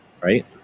right